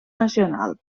nacional